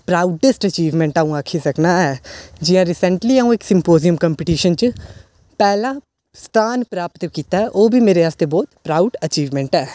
प्राउडस achievement अ'ऊं आक्खी सकनां ऐ जि'यां रिसैंटली अ'ऊं इक सम्पोजियम कम्पीटिशन च पैह्ला स्थान प्राप्त कीता ऐ ओह् बी मेरे आस्तै बहुत प्राऊड अचीवमैंट ऐ